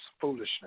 foolishness